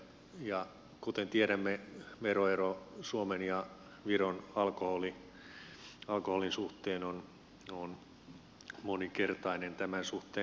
ja kuten tiedämme veroero suomen ja viron alkoholin suhteen on moninkertainen tämän suhteen